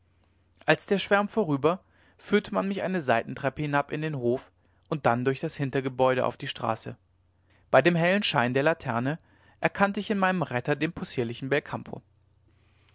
als der schwärm vorüber führte man mich eine seitentreppe hinab in den hof und dann durch das hintergebäude auf die straße bei dem hellen schein der laterne erkannte ich in meinem retter den possierlichen belcampo